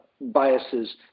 biases